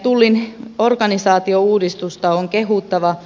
tullin organisaatiouudistusta on kehuttava